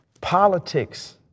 politics